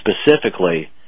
specifically